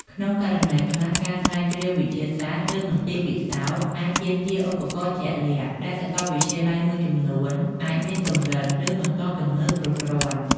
ក្នុងករណីខ្លះ ការស្រាវជ្រាវវិទ្យាសាស្ត្រ ឬមន្ទីរពិសោធន៍អាចទាមទារឧបករណ៍ជាក់លាក់ ដែលសាកលវិទ្យាល័យមួយចំនួនអាចមានកម្រិត ឬមិនទាន់ទំនើបគ្រប់គ្រាន់។